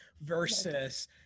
versus